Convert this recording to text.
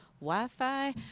wi-fi